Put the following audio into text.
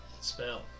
spell